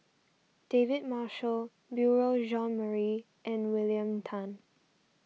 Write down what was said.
David Marshall Beurel Jean Marie and William Tan